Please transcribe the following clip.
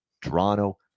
Toronto